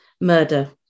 murder